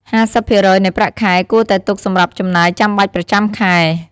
៥០% នៃប្រាក់ខែ គួរតែទុកសម្រាប់ចំណាយចាំបាច់ប្រចាំខែ។